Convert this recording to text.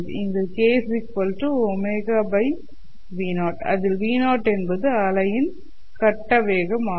இங்கு k ωvp அதில் vp என்பது அலையின் கட்ட வேகம் ஆகும்